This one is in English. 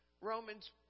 Romans